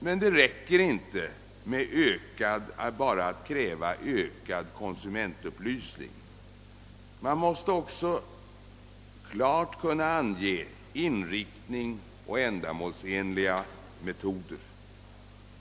Men det räcker inte med att bara kräva ökad konsumentupplysning — man måste också klart kunna ange inriktning och ändamålsenliga metoder.